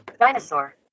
Dinosaur